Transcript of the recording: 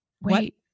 wait